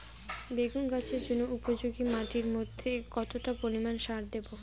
বেগুন চাষের জন্য উপযোগী মাটির মধ্যে কতটা পরিমান সার দেব?